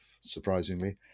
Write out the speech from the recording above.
surprisingly